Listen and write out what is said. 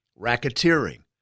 racketeering